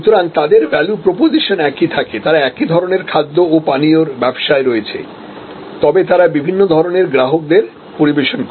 সুতরাং তাদের value proposition একই থাকে তারা একই ধরণের খাদ্য ও পানীয়ের ব্যবসায় রয়েছে তবে তারা বিভিন্ন ধরণের গ্রাহকদের পরিবেশন করে